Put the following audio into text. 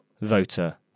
voter